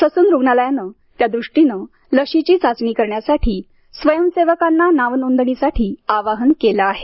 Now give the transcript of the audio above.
Sassoon रुग्णालयाने त्यादृष्टीने लसीची चाचणी करण्यासाठी स्वयंसेवकांना नावनोंदणीसाठी आवाहन केले आहे